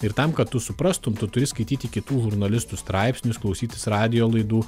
ir tam kad tu suprastum tu turi skaityti kitų žurnalistų straipsnius klausytis radijo laidų